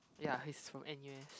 ya he's from N_U_S